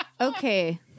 okay